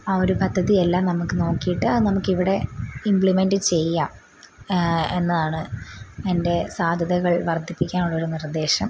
ആ ഒരു പദ്ധതിയെല്ലാം നമുക്ക് നോക്കിയിട്ട് അത് നമുക്കിവിടെ ഇമ്പ്ലിമെൻറ്റ് ചെയ്യാം എന്നാണ് അതിൻ്റെ സാദ്ധ്യതകൾ വർദ്ധിപ്പിക്കാനുള്ളൊരു നിർദ്ദേശം